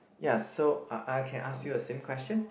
ya so I I can ask you the same question